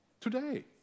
today